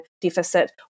deficit